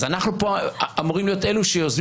אז אנחנו פה אמורים להיות אלה שיוזמים